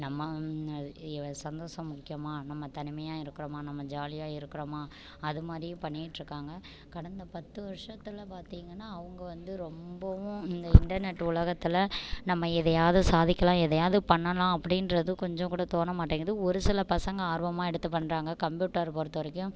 நம்ம அது சந்தோஷம் முக்கியமாக நம்ம தனிமையாக இருக்கிறமா நம்ம ஜாலியாக இருக்கிறமா அது மாரியும் பண்ணிட்ருக்காங்க கடந்த பத்து வருஷத்தில் பார்த்தீங்கன்னா அவங்க வந்து ரொம்பவும் இந்த இன்டர்நெட் உலகத்தில் நம்ம எதையாவது சாதிக்கலாம் எதையாவது பண்ணலாம் அப்படின்றது கொஞ்சங்கூட தோண மாட்டேங்கிது ஒரு சில பசங்க ஆர்வமாக எடுத்துப் பண்ணுறாங்க கம்ப்யூட்டர் பொறுத்தவரைக்கும்